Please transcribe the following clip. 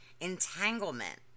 entanglement